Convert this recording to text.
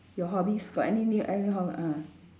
your hobbies got any new any ho~ ah